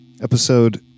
episode